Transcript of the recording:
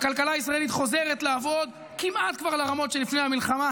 הכלכלה הישראלית חוזרת לעבוד כבר כמעט ברמות שלפני המלחמה,